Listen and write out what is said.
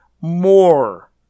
more